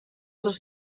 dos